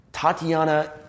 Tatiana